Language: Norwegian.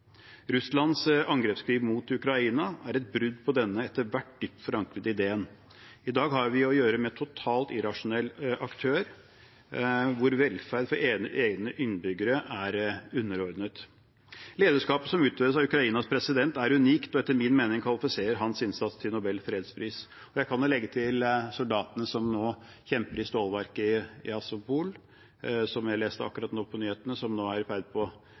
Russlands angrepskrig mot Ukraina er et brudd på denne etter hvert dypt forankrede ideen. I dag har vi å gjøre med en totalt irrasjonell aktør hvor velferd for egne innbyggere er underordnet. Lederskapet som utøves av Ukrainas president, er unikt, og etter min mening kvalifiserer hans innsats til Nobels fredspris. Jeg kan legge til soldatene som nå kjemper i stålverket Azovstal i Mariupol, som jeg akkurat leste om på nyhetene. Der går det nå